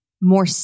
more